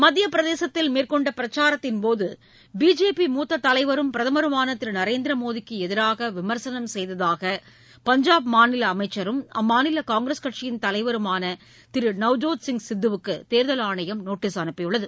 மத்தியப் பிரதேசத்தில் மேற்கொண்ட பிரச்சாரத்தின் போது பிஜேபி மூத்த தலைவரும் பிரதமருமான திரு நரேந்திர மோடிக்கு எதிராக விமர்சனம் செய்ததாக பஞ்சாப் மாநில அமைச்சரும் அம்மாநில காங்கிரஸ் கட்சியின் தலைவருமான திரு நவ்ஜோத்சிங் சித்துவுக்கு தேர்தல் ஆணையம் நோட்டீஸ் அனுப்பியுள்ளது